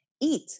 eat